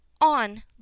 on